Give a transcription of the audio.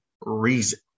reason